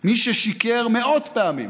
מי ששיקר מאות פעמים,